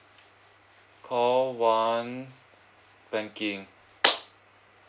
call one banking